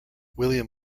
william